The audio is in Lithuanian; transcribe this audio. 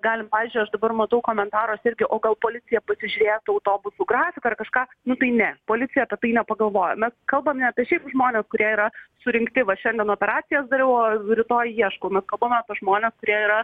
galim pavyzdžiui aš dabar matau komentaruose irgi o gal policija pasižiūrėtų autobusų grafiką ar kažką nu tai ne policija apie tai nepagalvojo mes kalbame apie šiaip žmones kurie yra surinkti va šiandien operacijos dar o rytoj ieškome kodėl mes tuos žmones kurie yra